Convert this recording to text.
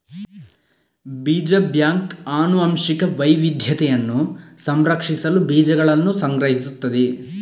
ಬೀಜ ಬ್ಯಾಂಕ್ ಆನುವಂಶಿಕ ವೈವಿಧ್ಯತೆಯನ್ನು ಸಂರಕ್ಷಿಸಲು ಬೀಜಗಳನ್ನು ಸಂಗ್ರಹಿಸುತ್ತದೆ